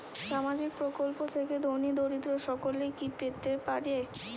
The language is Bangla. সামাজিক প্রকল্প থেকে ধনী দরিদ্র সকলে কি পেতে পারে?